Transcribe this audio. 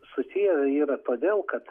susiję yra todėl kad